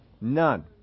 None